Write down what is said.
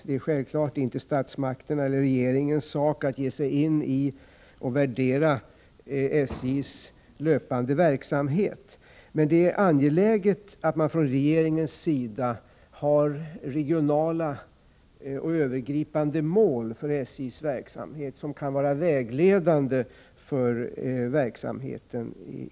Det är självfallet inte statsmakternas eller regeringens sak att ge sig in i och värdera SJ:s löpande verksamhet, men det är angeläget att man från regeringens sida har regionala och övergripande mål för SJ som kan vara vägledande för verksamheten.